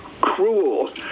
Cruel